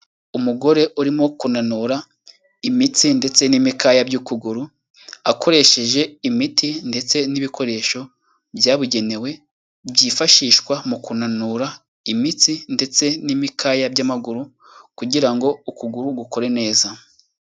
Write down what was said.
Umugore urimo kunanura imitsi ndetse n'imikaya by'ukuguru, akoresheje imiti ndetse n'ibikoresho byabugenewe, byifashishwa mu kunanura imitsi ndetse n'imikaya by'amaguru kugira ngo ukuguru gukore neza.